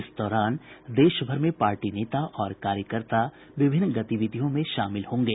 इस दौरान देश भर में पार्टी नेता और कार्यकर्ता विभिन्न गतिविधियों में शामिल होंगे